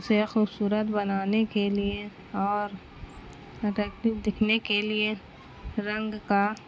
اسے خوبصورت بنانے کے لیے اور اٹریکٹیو دکھنے کے لیے رنگ کا